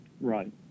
Right